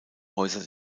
häuser